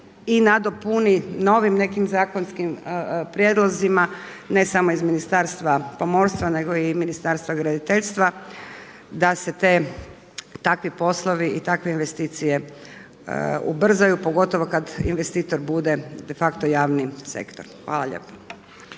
i nadopuni novim nekim zakonskim prijedlozima, ne samo iz Ministarstva pomorstva nego i Ministarstva graditeljstva da se te, takvi poslovi i takve investicije ubrzaju pogotovo kada investitor bude de facto javni sektor. Hvala lijepa.